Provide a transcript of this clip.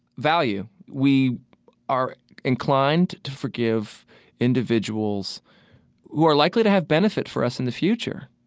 value. we are inclined to forgive individuals who are likely to have benefit for us in the future.